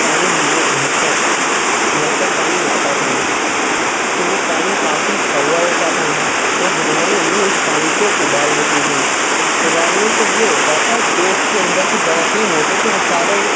پہلے ہمارے گھر پر نل کا پانی آتا تھا تو وہ پانی کافی کڑوا ہوتا تھا تو ہماری امی اس پانی کو ابال لیتی تھیں ابالنے سے یہ ہوتا تھا جو اس کے اندر کے جراثیم ہوتے تھے وہ سارے